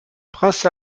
prince